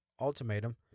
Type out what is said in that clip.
ultimatum